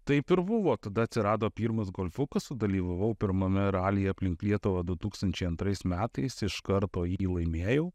taip ir buvo tada atsirado pirmas golfukas sudalyvavau pirmame ralyje aplink lietuvą du tūkstančiai antrais metais iš karto jį laimėjau